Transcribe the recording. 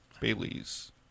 Bailey's